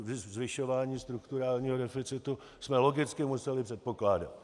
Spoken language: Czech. Ale zvyšování strukturálního deficitu jsme logicky museli předpokládat.